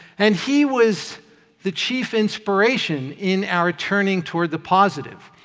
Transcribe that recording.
and he was the chief inspiration in our turning toward the positive.